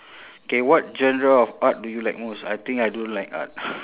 K what genre of art do you like most I think I don't like art